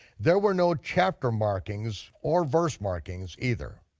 there were no chapter markings or verse markings either.